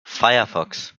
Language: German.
firefox